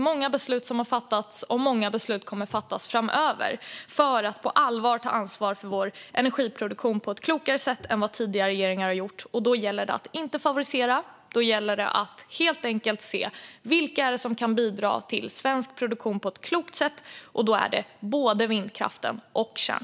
Många beslut har fattats, och många beslut kommer att fattas framöver för att vi på allvar ska kunna ta ansvar för vår energiproduktion på ett klokare sätt än vad tidigare regeringar har gjort. Då gäller det att inte favorisera utan att helt enkelt se vilka som kan bidra till svensk produktion på ett klokt sätt. Det är både vindkraften och kärnkraften.